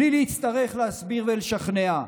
בלי להצטרך להסביר ולשכנע.